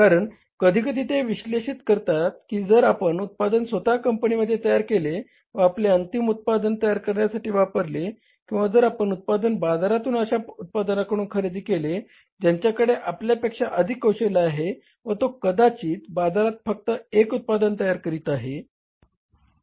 कारण कधीकधी ते विश्लेषित करतात की जर आपण उत्पादन स्वतः कंपनीमध्ये तयार केले व आपले अंतिम उत्पादन तयार करण्यासाठी वापरले किंवा जर आपण उत्पादन बाजारातून अशा उत्पादकाकडून खरेदी केले ज्याच्याकडे आपल्या पेक्षा अधिक कौशल्य आहे व तो कदाचित बाजारात फक्त एक उत्पादन तयार करीत आहे